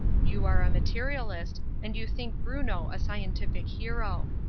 you are a materialist, and you think bruno a scientific hero.